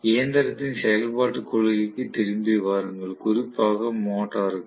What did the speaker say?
இயந்திரத்தின் செயல்பாட்டுக் கொள்கைக்கு திரும்பி வாருங்கள் குறிப்பாக மோட்டார் க்கு